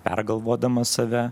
pergalvodamas save